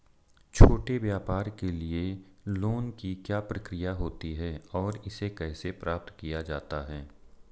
छोटे व्यापार के लिए लोंन की क्या प्रक्रिया होती है और इसे कैसे प्राप्त किया जाता है?